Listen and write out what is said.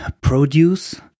produce